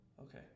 okay